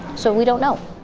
so we don't know.